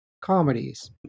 comedies